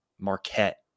Marquette